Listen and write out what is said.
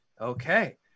Okay